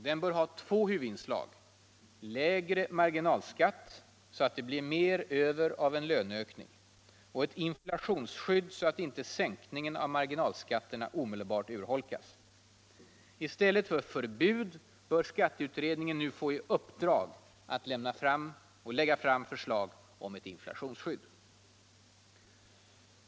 Den bör ha två huvudinslag: lägre marginalskatt, så att det blir mer över av en löneökning, och ett inflationsskydd, så att inte sänkningen av marginalskatterna omedelbart urholkas. I stället för förbud bör skatteutredningen nu få i uppdrag att lägga fram förslag om ett inflationsskydd.